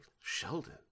Sheldon